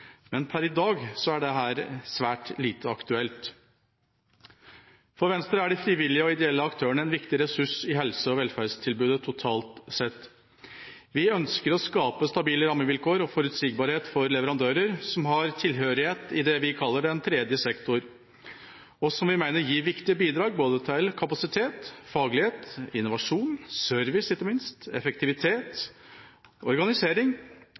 Men per i dag er dette svært lite aktuelt. For Venstre er de frivillige og ideelle aktørene en viktig ressurs i helse- og velferdstilbudet totalt sett. Vi ønsker å skape stabile rammevilkår og forutsigbarhet for leverandører som har tilhørighet i det vi kaller den tredje sektor, og som vi mener gir viktige bidrag både til kapasitet, faglighet, innovasjon, service – ikke minst – effektivitet, organisering,